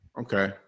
Okay